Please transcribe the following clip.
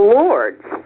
lords